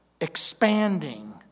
Expanding